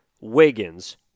Wiggins